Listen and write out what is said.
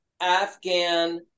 Afghan